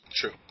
True